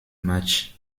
match